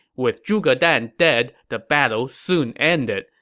with zhuge dan dead, the battle soon ended,